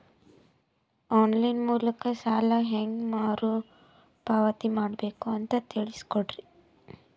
On line ಮೂಲಕ ಸಾಲ ಹೇಂಗ ಮರುಪಾವತಿ ಮಾಡಬೇಕು ಅಂತ ತಿಳಿಸ ಕೊಡರಿ?